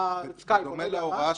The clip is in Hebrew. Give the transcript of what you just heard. מאושר.